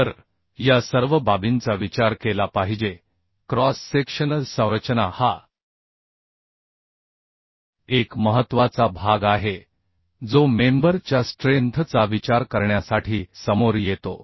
तर या सर्व बाबींचा विचार केला पाहिजे क्रॉस सेक्शनल संरचना हा एक महत्त्वाचा भाग आहे जो मेंबर च्या स्ट्रेंथ चा विचार करण्यासाठी समोर येतो